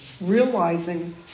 realizing